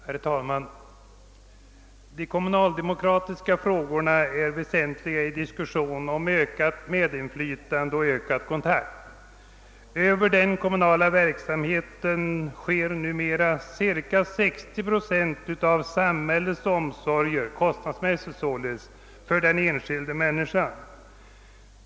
Herr talman! De kommunaldemokratiska frågorna är väsentliga i diskussionen om ökat medinflytande och ökad kontakt. Över den kommunala verksamheten sker numera ca 60 procent av samhällets kostnadsmässiga omsorger om den enskilda människan.